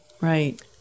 Right